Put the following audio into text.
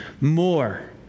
more